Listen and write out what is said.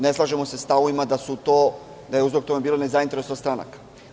Ne slažemo se sa stavovima da je uzrok tome bila nezainteresovanost stranaka.